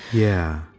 yeah.